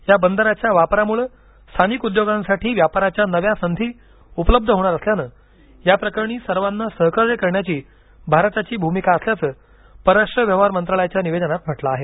या बंदराच्या वापरामुळे स्थानिक उद्योगांसाठी व्यापाराच्या नव्या संधी उपलब्ध होणार असल्यानं या प्रकरणी सर्वांना सहकार्य करण्याची भारताची भूमिका असल्याचं परराष्ट्र व्यवहार मंत्रालयाच्या निवेदनात म्हटलं आहे